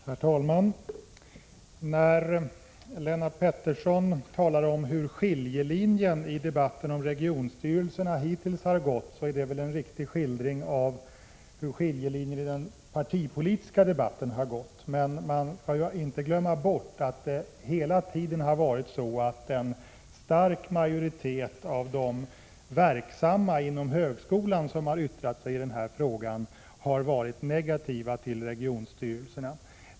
Herr talman! Lennart Petterssons skildring av var skiljelinjen hittills har gått i debatten om regionstyrelserna är väl snarast en beskrivning av var skiljelinjen har gått i den partipolitiska debatten. Man skall dock inte glömma bort att — och det är den mycket tydliga bild som jag har av stämningen på högskoleområdet — en stark majoritet av de inom högskolan verksamma som har yttrat sig i den här frågan, hela tiden har varit negativ till regionstyrelserna.